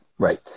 Right